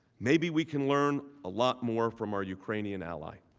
maybe we can learn a lot more from our ukrainian allies.